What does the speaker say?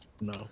No